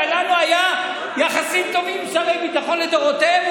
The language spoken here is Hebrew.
ולנו היו יחסים טובים עם שרי ביטחון לדורותיהם.